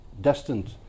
destined